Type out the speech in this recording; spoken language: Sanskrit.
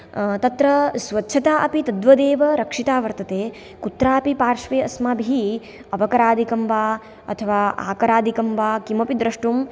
तत्र स्वच्छता अपि तद्वदेव रक्षिता वर्तते कुत्रापि पार्श्वे अस्माभिः अवकरादिकं वा अथवा आकरादिकं वा किमपि द्रष्टुं